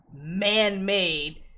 man-made